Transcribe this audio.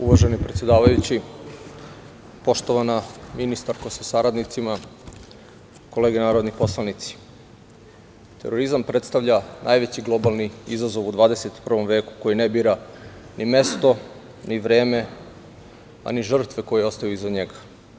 Uvaženi predsedavajući, poštovana ministarko sa saradnicima, kolege narodni poslanici, terorizam predstavlja najveći globalni izazov u 21. veku, koji ne bira ni mesto, ni vreme, a ni žrtve koje ostaju iza njega.